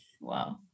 Wow